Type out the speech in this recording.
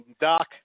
Doc